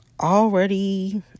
already